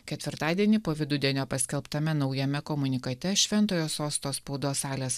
ketvirtadienį po vidudienio paskelbtame naujame komunikate šventojo sosto spaudos salės